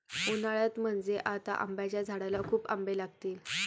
उन्हाळ्यात म्हणजे आता आंब्याच्या झाडाला खूप आंबे लागतील